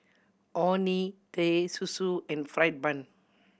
Orh Nee Teh Susu and fried bun